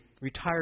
retired